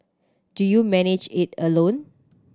do you manage it alone